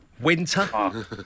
Winter